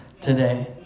today